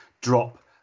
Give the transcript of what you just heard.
drop